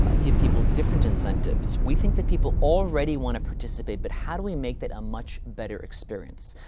ah give people different incentives, we think that people already want to participate, but how do we make that a much better experience?